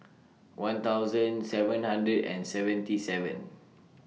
one thousand seven hundred and seventy seven